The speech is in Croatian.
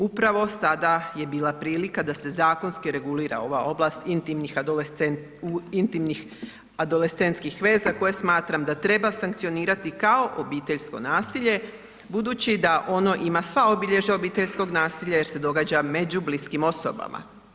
Upravo sada je bila prilika da se zakonski regulira ova oblast intimnih adolescentskih veza koje smatram da treba sankcionirati kao obiteljsko nasilje, budući da ono ima sva obilježja obiteljskog nasilja jer se događa među bliskim osobama.